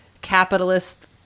capitalist